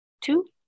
two